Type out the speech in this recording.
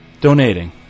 donating